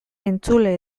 entzule